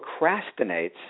procrastinates